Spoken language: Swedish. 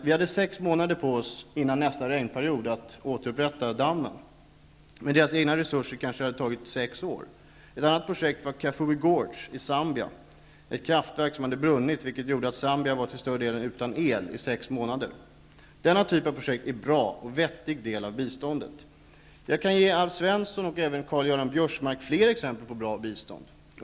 Vi hade sex månader på oss innan nästa regnperiod kom att reparera skadan. Med landets egna resurser hade det kanske tagit sex år. Ett annat projekt var Kafue Gorge i Zambia, ett kraftverk som hade brunnit, vilket gjorde att Zambia till större delen var utan el under sex månader. Denna typ av projekt är en bra och vettig del av biståndet. Jag kan ge Alf Svensson och även Karl Göran Biörsmark fler exempel på bra bistånd.